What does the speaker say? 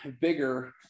bigger